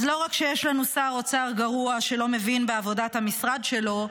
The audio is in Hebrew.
אז לא רק שיש לנו שר אוצר גרוע שלא מבין בעבודת המשרד שלו,